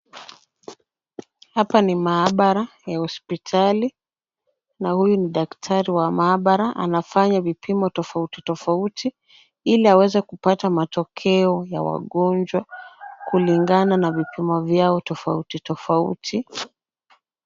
Hapa ni maabara ya hospitali na huyu ni daktari wa maabara anafanya vipimo tofauti tofauti ili aweze kupata matokeo ya wagonjwa kulingana na vipimo vyao tofauti tofauti.